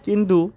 কিন্তু